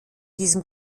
diesem